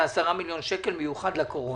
ו-10 מיליון שקלים מיוחד לקורונה.